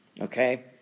Okay